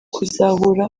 kuzahura